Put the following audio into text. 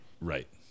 Right